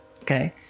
Okay